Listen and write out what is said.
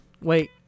Wait